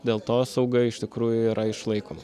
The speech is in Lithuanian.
dėl to sauga iš tikrųjų yra išlaikoma